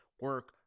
Work